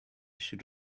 should